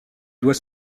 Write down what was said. doit